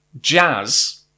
Jazz